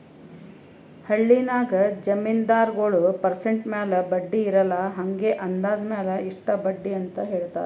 ಹಳ್ಳಿನಾಗ್ ಜಮೀನ್ದಾರಗೊಳ್ ಪರ್ಸೆಂಟ್ ಮ್ಯಾಲ ಬಡ್ಡಿ ಇರಲ್ಲಾ ಹಂಗೆ ಅಂದಾಜ್ ಮ್ಯಾಲ ಇಷ್ಟ ಬಡ್ಡಿ ಅಂತ್ ಹೇಳ್ತಾರ್